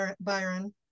byron